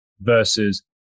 versus